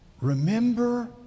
Remember